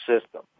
system